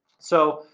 so,